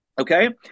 Okay